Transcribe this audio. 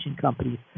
companies